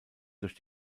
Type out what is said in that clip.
durch